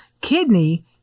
kidney